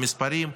במספרים,